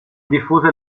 diffuse